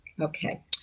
Okay